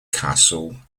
castle